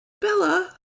Bella